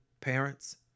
parents